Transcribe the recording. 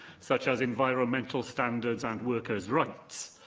such as environmental standards and workers' rights,